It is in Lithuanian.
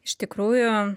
iš tikrųjų